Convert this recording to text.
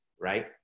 right